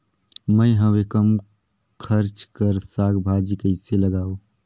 मैं हवे कम खर्च कर साग भाजी कइसे लगाव?